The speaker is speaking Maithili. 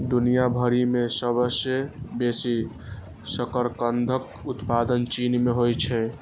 दुनिया भरि मे सबसं बेसी शकरकंदक उत्पादन चीन मे होइ छै